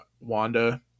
Wanda